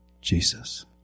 Jesus